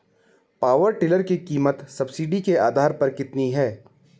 Power tiller की कीमत subsidy के आधार पर कितनी है?